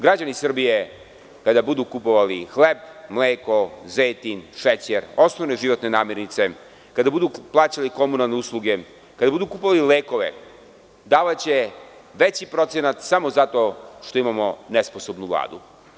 Građani Srbije kada budu kupovali hleb, mleko, zejtin, šećer, osnovne životne namirnice, kada budu plaćali komunalne usluge, kada budu kupovali lekove, davaće veći procenat samo zato što imamo nesposobnu Vladu.